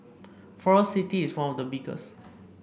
Forest City is one of the biggest